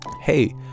hey